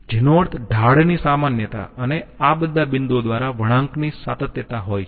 જેનો અર્થ ઢાળની સામાન્યતા અને આ બધા બિંદુઓ દ્વારા વળાંકની સાતત્યતા હોય છે